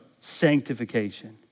sanctification